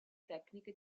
tecniche